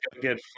get